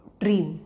dream